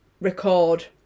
record